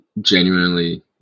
genuinely